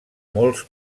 molts